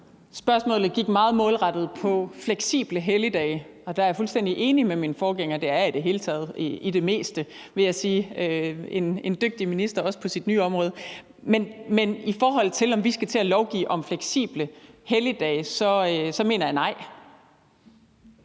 Spørgsmålet gik meget målrettet på fleksible helligdage, og der er jeg fuldstændig enig med min forgænger – det er jeg i det hele taget i det meste, vil jeg sige; han er en dygtig minister, også på sit nye område. Men i forhold til om vi skal til at lovgive om fleksible helligdage, så mener jeg nej.